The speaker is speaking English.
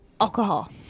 Alcohol